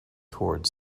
toward